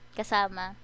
kasama